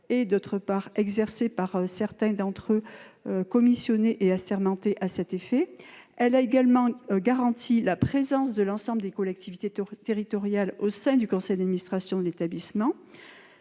et, d'autre part, exercées par certains d'entre eux, qui sont commissionnés et assermentés à cet effet. Elle a également garanti la présence de l'ensemble des collectivités territoriales au sein du conseil d'administration de l'établissement.